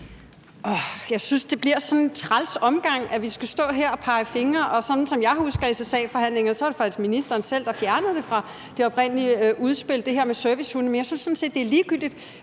Jeg synes, at det bliver sådan en træls omgang, når vi skal stå her og pege fingre. Sådan som jeg husker SSA-forhandlingerne, var det faktisk ministeren selv, der fjernede det fra det oprindelige udspil, altså det her med servicehunde. Men jeg synes sådan set, at det er ligegyldigt,